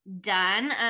done